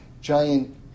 giant